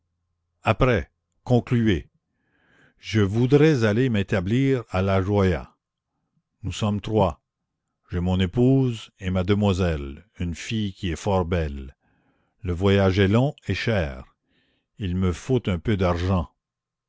après concluez je voudrais aller m'établir à la joya nous sommes trois j'ai mon épouse et ma demoiselle une fille qui est fort belle le voyage est long et cher il me faut un peu d'argent